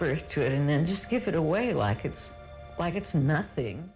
birth to it and then just give it away like it's like it's nothing